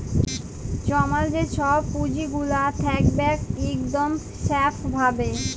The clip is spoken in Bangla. জমাল যে ছব পুঁজিগুলা থ্যাকবেক ইকদম স্যাফ ভাবে